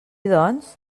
doncs